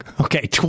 Okay